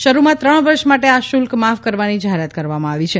શરૂમાં ત્રણ વર્ષ માટે આ શુલ્ક માફ કરવાની જાહેરાત કરવામાં આવી છે